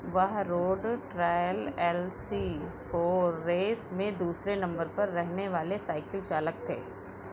वह road trial L C four race में दूसरे नम्बर पर रहने वाले साइकिल चालक थे